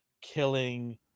killing